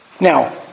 Now